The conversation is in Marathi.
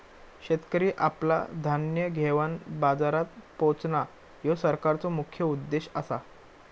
शेतकरी आपला धान्य घेवन बाजारात पोचणां, ह्यो सरकारचो मुख्य उद्देश आसा